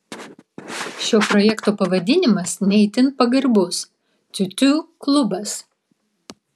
šio projekto pavadinimas ne itin pagarbus tiutiū klubas